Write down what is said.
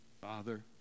Father